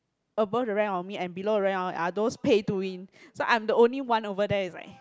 above the rank of me and below the rank of are those pay to win so I'm the only one over there is like